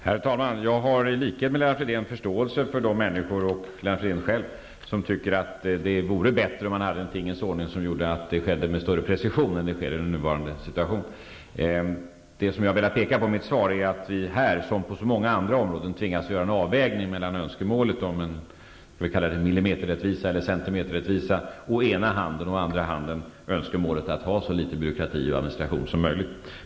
Herr talman! Jag har i likhet med Lennart Fridén förståelse för de människor som tycker att det vore bättre med en tingens ordning där beräkningen skedde med större precision. Jag har i mitt svar velat peka på att vi här, som på så många andra områden, tvingas göra en avvägning mellan önskemålet om en millimeterrättvisa å ena handen och å andra handen önskemålet att ha så litet byråkrati och administration som möjligt.